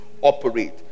operate